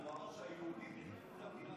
הוא אמר שיהודים יוכלו תמיד,